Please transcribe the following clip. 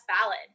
valid